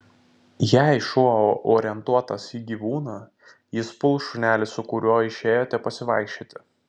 jei šuo orientuotas į gyvūną jis puls šunelį su kuriuo išėjote pasivaikščioti